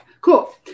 cool